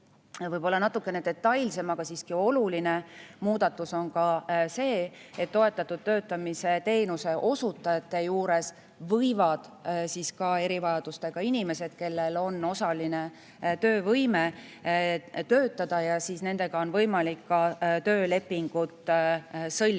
Võib-olla natukene detailsem, aga siiski oluline muudatus on ka see, et toetatud töötamise teenuse osutajate juures võivad töötada ka erivajadustega inimesed, kellel on osaline töövõime, ja nendega on võimalik ka töölepingut sõlmida.